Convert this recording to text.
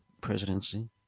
presidency